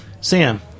Sam